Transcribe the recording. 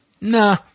nah